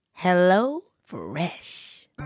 HelloFresh